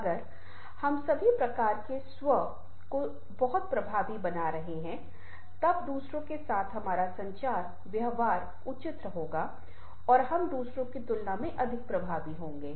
अगर हम सभी प्रकार के स्व को बहुत प्रभावी बना रहे हैं तब दूसरों के साथ हमारा संचार व्यवहार उचित होगा और हम दूसरों की तुलना में अधिक प्रभावी होंगे